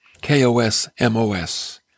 K-O-S-M-O-S